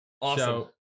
Awesome